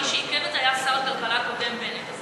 מי שעיכב את זה היה שר הכלכלה הקודם, בנט.